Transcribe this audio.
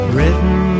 Written